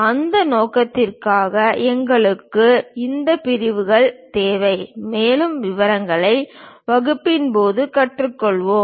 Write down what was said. அந்த நோக்கத்திற்காக எங்களுக்கு இந்த பிரிவுகள் தேவை மேலும் விவரங்களை வகுப்பின் போது கற்றுக்கொள்வோம்